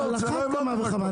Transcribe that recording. על אחת כמה וכמה.